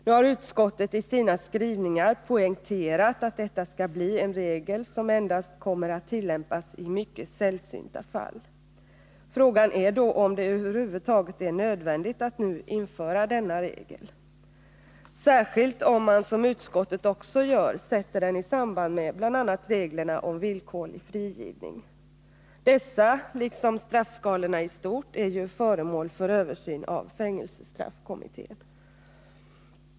Nu har utskottet i sina skrivningar poängterat att detta skall bli en regel som endast kommer att tillämpas i mycket sällsynta fall. Frågan är då om det över huvud taget är nödvändigt att nu införa denna regel, särskilt om man — som utskottet också gör — sätter den i samband med bl.a. reglerna om villkorlig frigivning. Dessa, liksom straffskalorna i stort, är ju föremål för översyn av fängelsestraffkommittén.